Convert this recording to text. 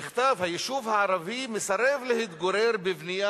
נכתב: "היישוב הערבי מסרב להתגורר בבנייה